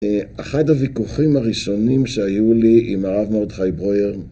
אחד הוויכוחים הראשונים שהיו לי עם הרב מורדכי ברויר